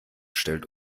stellt